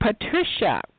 Patricia